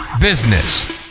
business